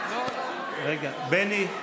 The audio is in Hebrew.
בני,